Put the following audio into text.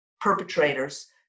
perpetrators